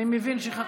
שנייה.